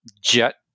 jet